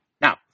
Now